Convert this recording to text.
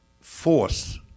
force